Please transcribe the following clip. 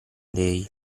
lei